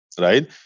Right